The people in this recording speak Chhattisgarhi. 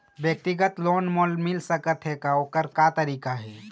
व्यक्तिगत लोन मोल मिल सकत हे का, ओकर का तरीका हे?